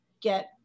get